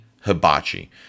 Hibachi